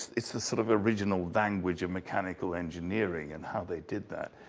it's this sort of original language of mechanical engineering and how they did that.